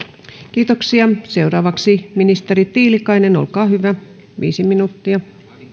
kiitoksia seuraavaksi ministeri tiilikainen olkaa hyvä viisi minuuttia